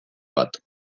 bat